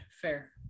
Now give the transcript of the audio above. fair